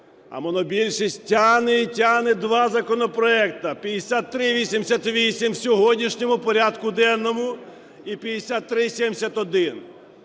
А монобільшість тягне і тягне два законопроекти: 5388 в сьогоднішньому порядку денному і 5371.